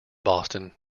boston